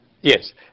yes